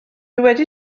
wedi